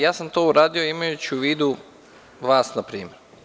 Ja sam to uradio imajući u vidu, vas na primer.